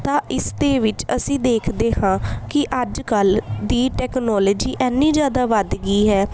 ਤਾਂ ਇਸ ਦੇ ਵਿੱਚ ਅਸੀਂ ਦੇਖਦੇ ਹਾਂ ਕਿ ਅੱਜ ਕੱਲ੍ਹ ਦੀ ਟੈਕਨੋਲੋਜੀ ਇੰਨੀ ਜ਼ਿਆਦਾ ਵੱਧ ਗਈ ਹੈ